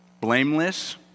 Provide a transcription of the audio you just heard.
Blameless